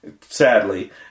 sadly